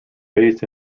based